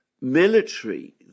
military